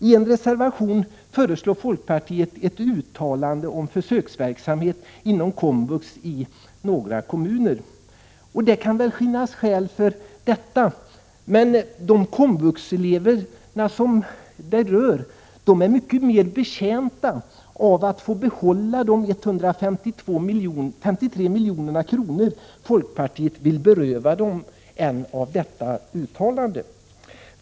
I en reservation föreslår folkpartiet ett uttalande om försöksverksamhet inom komvux i några kommuner. Det kan väl finnas skäl för detta, men de komvuxelever som det gäller är mycket mer betjänta av att få behålla de 153 miljoner som folkpartiet vill beröva dem än av ett uttalande.